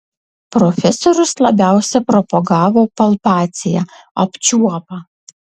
profesorius labiausiai propagavo palpaciją apčiuopą